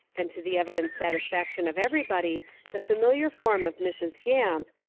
and to the evident satisfaction of everybody the famihar form of mrs. gamp,